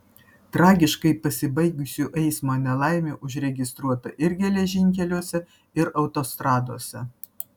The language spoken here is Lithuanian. tragiškai pasibaigusių eismo nelaimių užregistruota ir geležinkeliuose ir autostradose